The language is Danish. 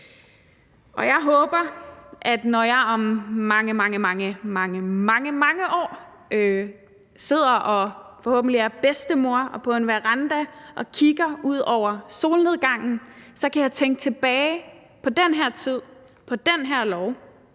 Og jeg håber, at når jeg om mange, mange, mange år, forhåbentlig som bedstemor, sidder på en veranda og kigger ud på solnedgangen, kan jeg tænke tilbage på den her tid, på den her lov,